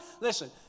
Listen